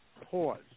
pause